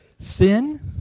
Sin